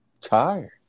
tired